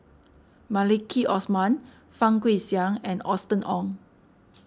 Maliki Osman Fang Guixiang and Austen Ong